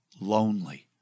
lonely